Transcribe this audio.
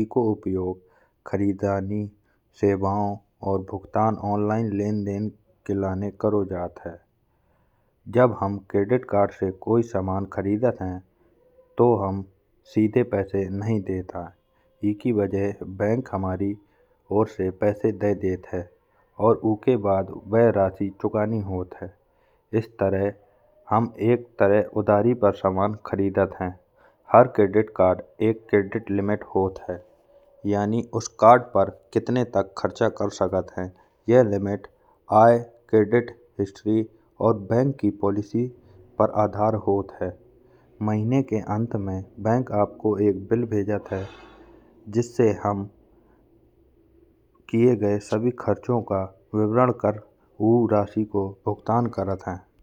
इको उपयोग खरीदनी सेवाओ और भुगतान और ऑनलाइन लेन देन के लाने करो जात है। जब हम क्रेडिट कार्ड से कोई सामान खरिदत हैं तो हम सीधे पैसे नहीं देत आये। इके वजह बैंक हमारी और से पैसे देई देत है उके बाद वह राशि चुकाने होत है। इस तरह हम एक तरह उधारी पर सामान खरिदत हैं हर क्रेडिट कार्ड की एक क्रेडिट लिमिट होत है। यानी कि उस कार्ड पर कितने तक खर्चा कर सकत हैं। यह लिमिट आये क्रेडिट हिस्ट्री और बैंक की पॉलिसी पर आधार होत है। महीने के अंत में बैंक आपको एक बिल भेजत है। जिससे हम किये गए सभी खर्चो का विवरण कर उस राशि का भुगतान करत हैं।